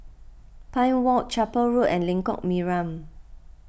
Pine Walk Chapel Road and Lengkok Mariam